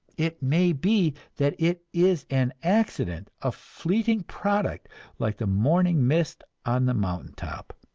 it may be that it is an accident, a fleeting product like the morning mist on the mountain top.